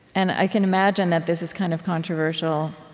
and i can imagine that this is kind of controversial.